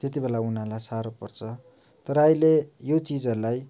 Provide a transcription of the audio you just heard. त्यति बेला उनीहरूलाई साह्रो पर्छ तर अहिले यो चिजहरूलाई